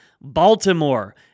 Baltimore